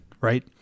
right